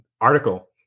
article